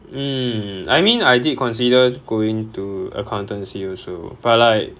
mm I mean I did consider going to accountancy also but like